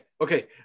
okay